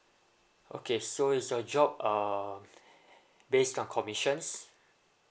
okay so is your job uh based on commissions